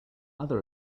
other